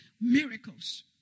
miracles